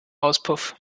auspuff